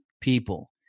people